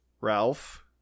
Ralph